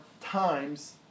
times